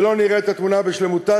ולא נראה את התמונה בשלמותה,